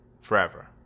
forever